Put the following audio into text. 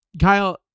Kyle